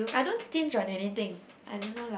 I don't stinge on anything I don't know lah